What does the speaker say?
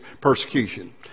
persecution